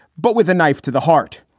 but with a knife to the heart.